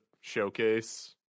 showcase